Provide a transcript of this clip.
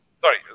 sorry